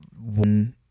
one